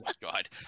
God